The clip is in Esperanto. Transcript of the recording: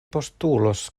postulos